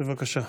בבקשה.